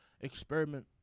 experiment